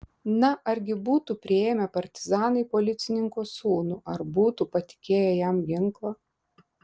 na argi būtų priėmę partizanai policininko sūnų ar būtų patikėję jam ginklą